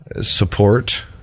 support